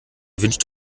wünscht